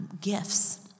gifts